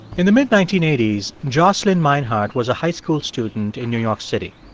in the mid nineteen eighty s, jocelyn meinhardt was a high school student in new york city.